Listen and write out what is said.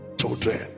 children